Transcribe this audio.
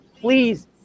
please